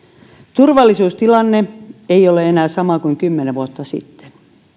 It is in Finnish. turvallisuustilanne ei ole enää sama kuin kymmenen vuotta sitten